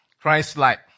Christ-like